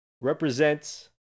Represents